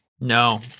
No